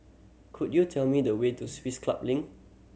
could you tell me the way to Swiss Club Link